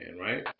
right